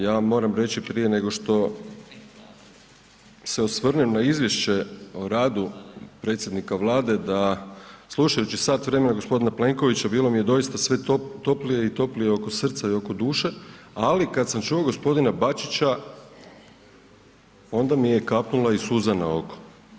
Ja moram reći prije nego što se osvrnem na Izvješće o radu predsjednika Vlade da slušajući sat vremena gospodina Plenkovića bilo mi je doista sve toplije i toplije oko srca i oko duše ali kada sam čuo gospodina Bačića onda mi je kapnula i suza na oko.